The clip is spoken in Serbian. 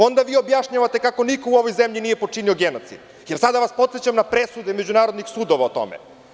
Onda vi objašnjavate kako niko u ovoj zemlji nije počinio genocid i sada vas podsećam na presude međunarodnih sudova o tome.